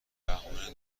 بهونه